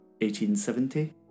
1870